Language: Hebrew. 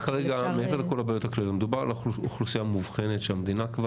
מעבר לכל הבעיות הכלליות מדובר על אוכלוסייה מובחנת שהמדינה,